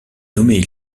nommée